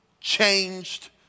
changed